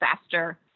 faster